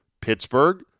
Pittsburgh